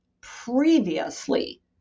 previously